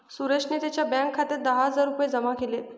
सुरेशने त्यांच्या बँक खात्यात दहा हजार रुपये जमा केले